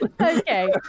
Okay